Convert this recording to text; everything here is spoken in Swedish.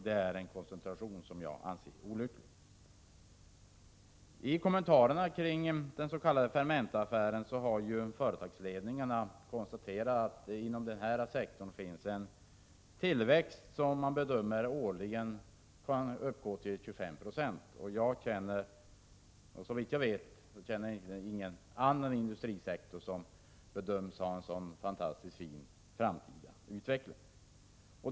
Denna koncentration anser jag är olycklig. I kommentarerna kring den s.k. Fermentaaffären har företagsledningarna konstaterat att det inom denna sektor finns en tillväxt som man bedömer årligen kan uppgå till 25 90. Såvitt jag känner till bedöms ingen annan industrisektor ha en så fantastiskt fin framtida utveckling.